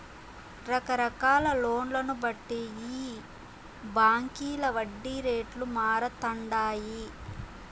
రకరకాల లోన్లను బట్టి ఈ బాంకీల వడ్డీ రేట్లు మారతండాయి